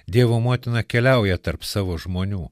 dievo motina keliauja tarp savo žmonių